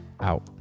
Out